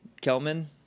Kelman